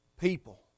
people